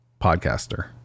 podcaster